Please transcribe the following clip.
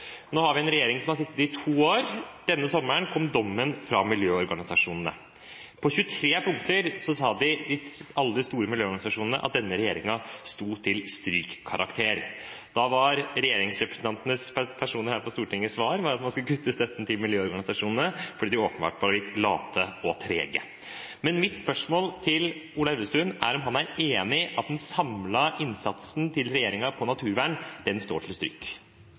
Nå har vi en regjering som har sittet i to år. Denne sommeren kom dommen fra miljøorganisasjonene. På 23 punkter sa alle de store miljøorganisasjonene at denne regjeringen sto til strykkarakter. Da var svaret fra regjeringspartienes representanter her på Stortinget at man skulle kutte i støtten til miljøorganisasjonene fordi de åpenbart var litt late og trege. Mitt spørsmål til Ola Elvestuen er om han er enig i at den samlede innsatsen fra regjeringen på naturvern står til